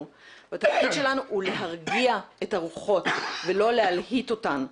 והתפקיד שלנו הוא להרגיע את הרוחות ולא להלהיט אותן,